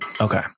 Okay